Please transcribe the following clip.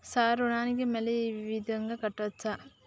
Sir రుణాన్ని మళ్ళా ఈ విధంగా కట్టచ్చా?